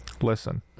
listen